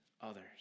others